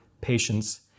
patience